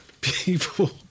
people